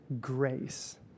grace